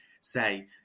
say